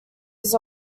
his